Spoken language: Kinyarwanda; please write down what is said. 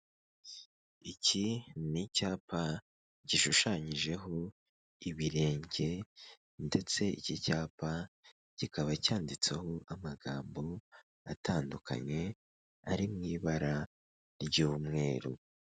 Iki ni icyapa gishushanyijeho ibirenge ndetse iki cyapa kikaba cyanditseho amagambo atandukanye ari mu ibara ry'umweru.